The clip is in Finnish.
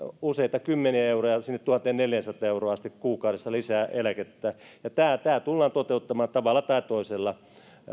useita kymmeniä euroja sinne tuhanteenneljäänsataan euroon asti kuukaudessa lisää eläkettä tämä tämä tullaan toteuttamaan tavalla tai toisella